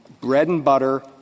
bread-and-butter